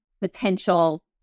potential